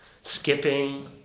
skipping